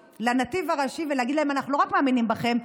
לנתיב הראשי ולהגיד להם: אנחנו לא רק מאמינים בכם,